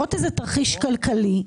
לראות איזה תרחיש כלכלי.